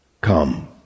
come